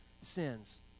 sins